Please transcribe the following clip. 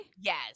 yes